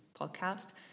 podcast